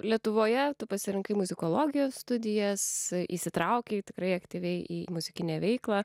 lietuvoje tu pasirinkai muzikologijos studijas įsitraukei į tikrai aktyviai į muzikinę veiklą